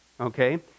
Okay